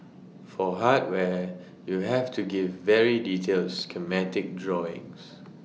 for hardware you have to give very detailed schematic drawings